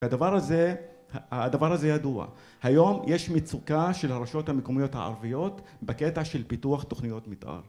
הדבר הזה, הדבר הזה ידוע, היום יש מצוקה של הרשויות המקומיות הערביות בקטע של פיתוח תוכניות מתאר